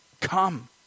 come